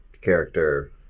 character